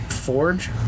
Forge